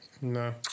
No